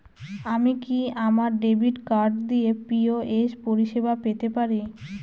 আমি কি আমার ডেবিট কার্ড দিয়ে পি.ও.এস পরিষেবা পেতে পারি?